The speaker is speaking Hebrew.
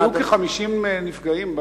היו כ-50 נפגעים,